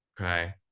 Okay